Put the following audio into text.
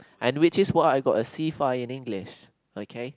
and which is why I got a C five in English okay